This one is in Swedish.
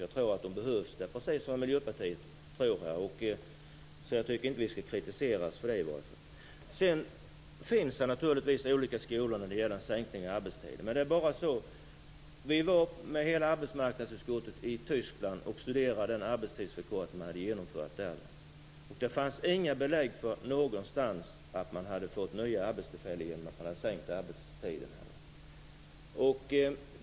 Jag tror att de behövs, precis som Miljöpartiet tror. Jag tycker alltså inte att vi skall kritiseras i detta sammanhang. Det finns naturligtvis olika skolor när det gäller att sänka arbetstiden. Hela arbetsmarknadsutskottet har varit i Tyskland och studerat den arbetstidsförkortning som man där genomfört. Det fanns inte någonstans några belägg för att man hade fått nya arbetstillfällen genom att sänka arbetstiden.